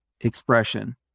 expression